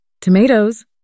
tomatoes